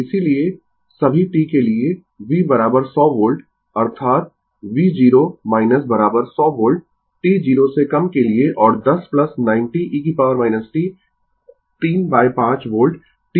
इसीलिए सभी t के लिए v 100 वोल्ट अर्थात v0 100 वोल्ट t 0 से कम के लिए और 10 90e t 35 वोल्ट t 0 से अधिक के लिए